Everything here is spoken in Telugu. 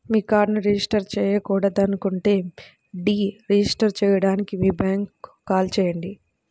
మీ కార్డ్ను రిజిస్టర్ చేయకూడదనుకుంటే డీ రిజిస్టర్ చేయడానికి మీ బ్యాంక్కు కాల్ చేయండి